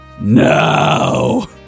now